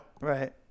Right